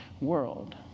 world